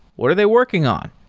what are they working on?